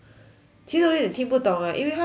听那边也听不懂 eh 因为他讲说